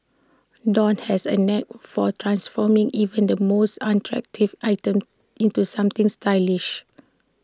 dawn has A knack for transforming even the most unattractive item into something stylish